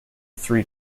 three